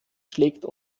schlägt